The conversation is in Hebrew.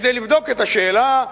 כדי לבדוק את השאלה,